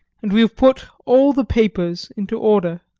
and we have put all the papers into order.